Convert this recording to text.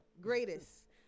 Greatest